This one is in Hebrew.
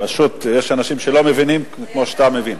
פשוט, יש אנשים שלא מבינים כמו שאתה מבין.